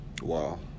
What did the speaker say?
Wow